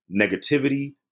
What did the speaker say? negativity